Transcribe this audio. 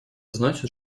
значит